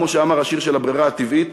כמו שאמר השיר של "הברירה הטבעית",